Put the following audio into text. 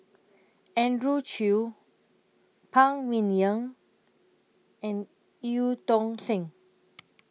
Andrew Chew Phan Ming Yen and EU Tong Sen